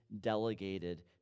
delegated